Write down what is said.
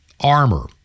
armor